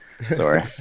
Sorry